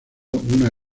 una